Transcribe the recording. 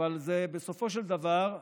אבל בסופו של דבר,